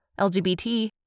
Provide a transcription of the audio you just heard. LGBT